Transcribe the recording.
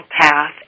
path